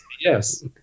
Yes